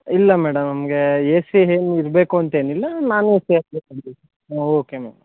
ಇಲ್ಲ ಮೇಡಮ್ ನಮಗೆ A C ಏನೂ ಇರಬೇಕು ಅಂತೇನಿಲ್ಲ ನಾನ್ ಎ ಸಿ ಹಾಂ ಓಕೆ ಮ್ಯಾಮ್